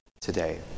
today